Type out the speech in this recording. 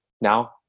now